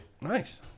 Nice